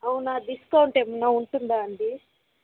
అవునా డిస్కౌంట్ ఏమైనా ఉంటుందా అండి